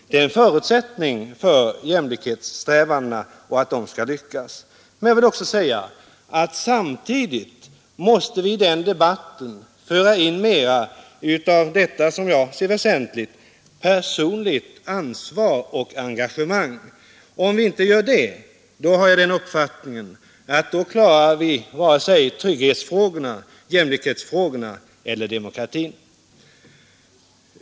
Det är en förutsättning för att jämlikhetssträvandena skall lyckas. Men samtidigt måste vi i den debatten föra in mera av det som jag anser väsentligt, nämligen personligt ansvar och engagemang. Om vi inte gör det, har jag den uppfattningen att vi inte klarar vare sig trygghetsfrågorna, jämlikhetsfrågorna eller demokratin.